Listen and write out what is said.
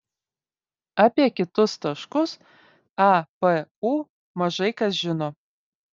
apie kitus taškus a p u mažai kas žino